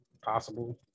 possible